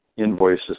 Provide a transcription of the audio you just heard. invoices